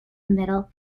middle